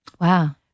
Wow